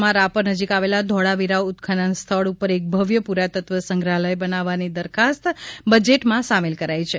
કચ્છ માં રાપર નજીક આવેલા ધોળા વીરા ઉત્ખનન સ્થળ ઉપર એક ભવ્ય પુરાતત્વ સંગ્રહાલય બનાવવાની દરખાસ્ત બજેટ માં સામેલ કરાઇ છે